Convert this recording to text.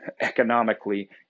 economically